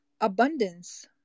abundance